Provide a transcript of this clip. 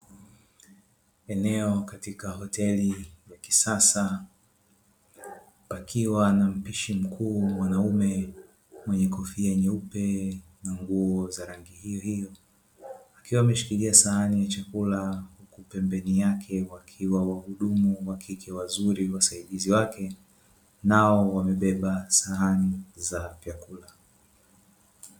Masofa mazuri yaliyotengenezwa kwa kutumia mbao, magodoro na vitambaa vya rangi nyeupe ikiwa pamoja na mito yake. Imetolewa katika eneo la nje ili wateja waweze kuona kwa urahisi.